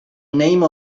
name